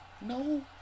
No